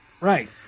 Right